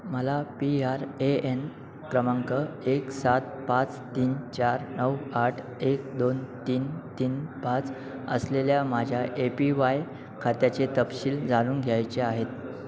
मला P R A N क्रमांक एक सात पाच तीन चार नऊ आठ एक दोन तीन तीन पाच असलेल्या माझ्या ए पी वाय खात्याचे तपशील जाणून घ्यायचे आहेत